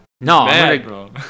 No